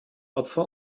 opfer